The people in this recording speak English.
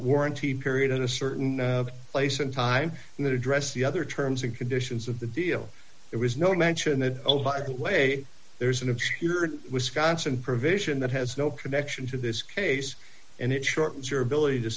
warranty period at a certain place and time and address the other terms and conditions of the deal there was no mention that oh by the way there's an obscure wisconsin provision that has no connection to this case and it shortens your ability to